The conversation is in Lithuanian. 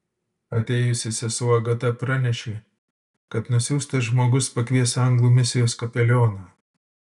atėjusi sesuo agata pranešė kad nusiųstas žmogus pakvies anglų misijos kapelioną